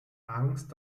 angst